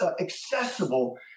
accessible